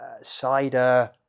cider